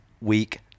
week